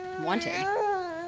wanted